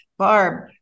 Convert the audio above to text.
Barb